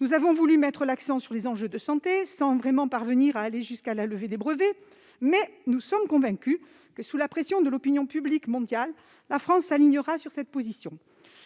Nous avons voulu mettre l'accent sur les enjeux de santé. Nous ne sommes pas parvenus à obtenir la levée des brevets, mais nous sommes convaincus que, sous la pression de l'opinion publique mondiale, la France s'alignera sur cette position.